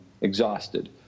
exhausted